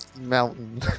mountain